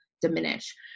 diminish